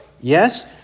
Yes